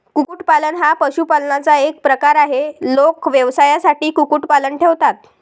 कुक्कुटपालन हा पशुपालनाचा एक प्रकार आहे, लोक व्यवसायासाठी कुक्कुटपालन ठेवतात